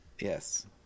Yes